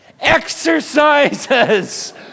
exercises